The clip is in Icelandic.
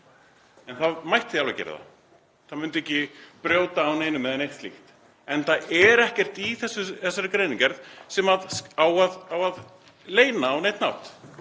en það mætti alveg gera það. Það myndi ekki brjóta á neinum eða neitt slíkt. Enda er ekkert í þessu þessari greinargerð sem á að leyna á neinn hátt.